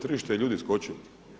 Tržište je ljudi skočilo.